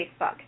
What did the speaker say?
Facebook